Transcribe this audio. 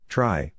Try